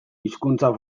hizkuntza